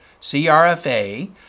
CRFA